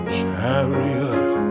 chariot